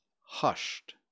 hushed